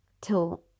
till